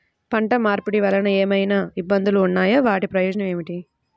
పంట మార్పిడి వలన ఏమయినా ఇబ్బందులు ఉన్నాయా వాటి ప్రయోజనం ఏంటి?